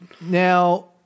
Now